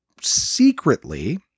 secretly